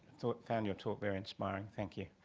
so found your talk very inspiring, thank you.